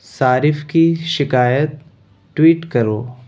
صارف کی شکایت ٹویٹ کرو